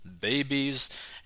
babies